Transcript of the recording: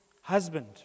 husband